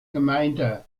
gemeinde